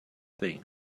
thing